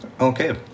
Okay